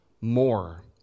more